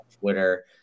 Twitter